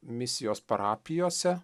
misijos parapijose